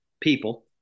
people